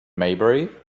maybury